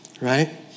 right